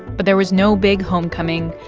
but there was no big homecoming,